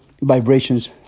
vibrations